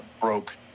broke